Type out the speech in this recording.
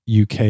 UK